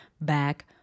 back